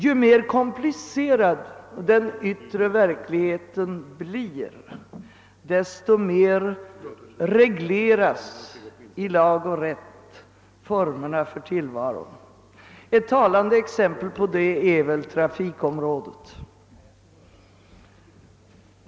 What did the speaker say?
Ju mer komplicerad den yttre verkligheten blir, desto mer regleras i lag och rätt formerna för tillvaron. Ett talande exempel på detta är väl trafikområdet.